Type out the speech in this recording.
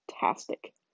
fantastic